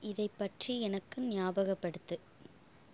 இதை பற்றி எனக்கு ஞாபகப்படுத்து